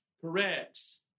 corrects